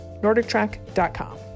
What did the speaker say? NordicTrack.com